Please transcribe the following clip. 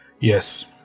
Yes